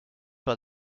par